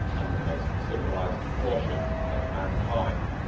and the most civilized portion of mankind.